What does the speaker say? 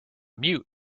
mute